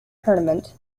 tournament